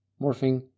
morphing